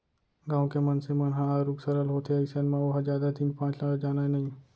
गाँव के मनसे मन ह आरुग सरल होथे अइसन म ओहा जादा तीन पाँच ल जानय नइ